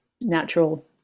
natural